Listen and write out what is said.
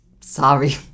Sorry